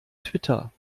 twitter